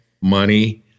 money